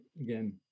Again